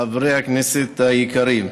חברי הכנסת היקרים,